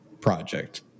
project